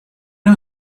her